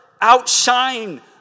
outshine